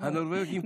הנורבגים כאן.